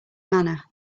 manner